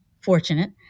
fortunate